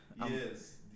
yes